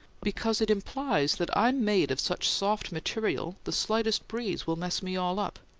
because it implies that i'm made of such soft material the slightest breeze will mess me all up.